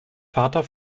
vater